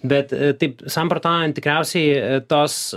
bet taip samprotaujant tikriausiai tos